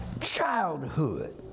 childhood